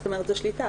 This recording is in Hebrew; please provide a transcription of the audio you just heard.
זאת אומרת זו שליטה.